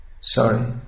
Sorry